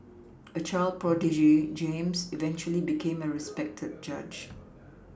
a child prodigy James eventually became a respected judge